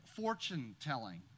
fortune-telling